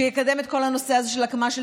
שיקדם את כל הנושא הזה של התקנה של